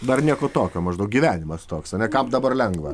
dar nieko tokio maždaug gyvenimas toks ane kam dabar lengva